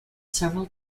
several